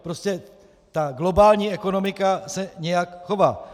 Prostě globální ekonomika se nějak chová.